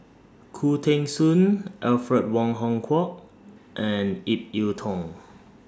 Khoo Teng Soon Alfred Wong Hong Kwok and Ip Yiu Tung